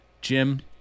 Jim